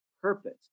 purpose